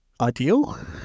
ideal